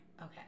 Okay